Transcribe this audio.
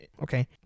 Okay